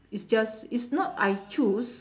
it's just is not I choose